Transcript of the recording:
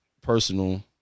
personal